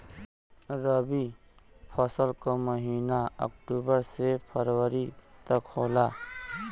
रवी फसल क महिना अक्टूबर से फरवरी तक होला